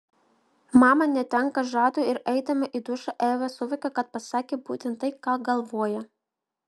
mama netenka žado ir eidama į dušą eva suvokia kad pasakė būtent tai ką galvoja